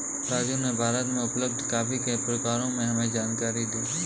राजू ने भारत में उपलब्ध कॉफी के प्रकारों पर हमें जानकारी दी